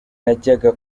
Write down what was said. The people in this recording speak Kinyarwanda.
najyaga